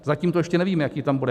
Zatím to ještě nevíme, jaký tam bude.